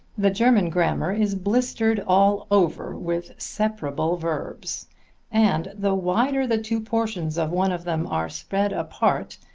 the german grammar is blistered all over with separable verbs and the wider the two portions of one of them are spread apart,